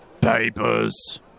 Papers